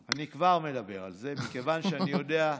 אני כבר מדבר על זה, מכיוון שאני יודע,